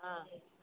ହଁ